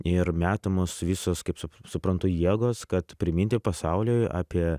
ir metamos visos kaip su suprantu jėgos kad priminti pasauliui apie